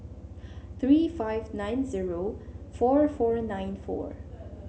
three five nine zero four four nine four